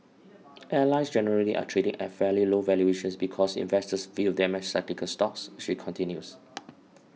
airlines generally are trading at fairly low valuations because investors view them as cyclical stocks she continues